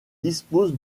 dispose